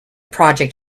project